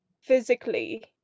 physically